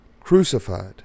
crucified